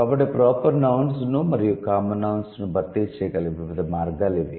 కాబట్టి proper nouns ను మరియు కామన్ నౌన్స్ ను భర్తీ చేయగల వివిధ మార్గాలు ఇవి